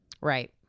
Right